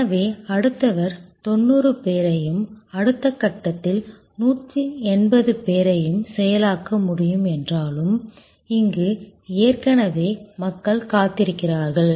எனவே அடுத்தவர் 90 பேரையும் அடுத்த கட்டத்தில் 180 பேரையும் செயலாக்க முடியும் என்றாலும் இங்கு ஏற்கனவே மக்கள் காத்திருக்கிறார்கள்